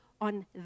on